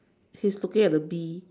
he's looking at the bee